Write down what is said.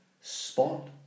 spot